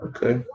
Okay